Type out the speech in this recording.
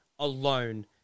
alone